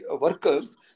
workers